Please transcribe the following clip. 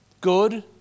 good